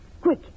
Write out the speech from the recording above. Quick